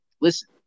Listen